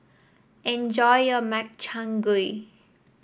enjoy your Makchang Gui